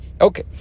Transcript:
Okay